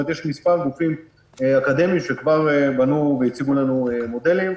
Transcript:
יש מספר גופים אקדמיים שבנו והציגו לנו מודלים.